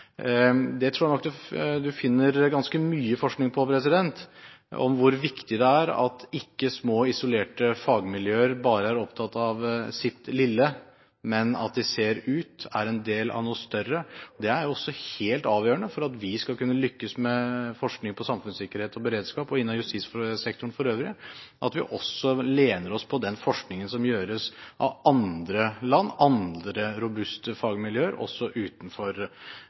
tror nok en finner ganske mye forskning på hvor viktig det er at ikke små, isolerte fagmiljøer bare er opptatt av sitt lille, men at de ser ut og er en del av noe større. Det er også helt avgjørende for at vi skal kunne lykkes med forskning på samfunnssikkerhet og beredskap og innen justissektoren for øvrig, at vi også lener oss på den forskningen som gjøres av andre land, av andre robuste fagmiljøer også utenfor